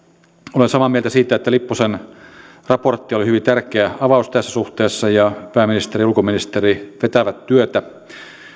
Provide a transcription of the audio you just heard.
olen samaa mieltä siitä että lipposen raportti oli hyvin tärkeä avaus tässä suhteessa ja pääministeri ja ulkoministeri vetävät työtä